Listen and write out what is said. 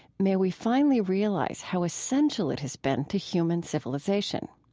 may we finally realize how essential it has been to human civilization.